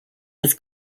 was